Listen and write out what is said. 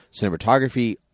Cinematography